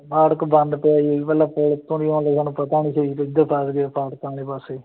ਫਾਟਕ ਬੰਦ ਪਿਆ ਜੀ ਅਸੀਂ ਪਹਿਲਾਂ ਪੁਲ ਉਤੋਂ ਦੀ ਆਉਂਦੇ ਹੀ ਸਾਨੂੰ ਪਤਾ ਨਹੀਂ ਸੀ ਜੀ ਅਸੀਂ ਇੱਧਰ ਫਸਗੇ ਫਾਟਕਾਂ ਆਲੇ ਪਾਸੇ